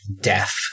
death